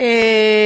מעמד האישה,